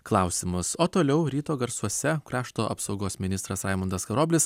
klausimus o toliau ryto garsuose krašto apsaugos ministras raimundas karoblis